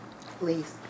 please